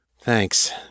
Thanks